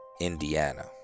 indiana